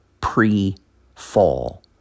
pre-fall